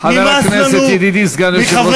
נמאס לנו, חבר הכנסת, ידידי סגן יושב-ראש הכנסת.